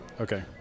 Okay